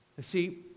See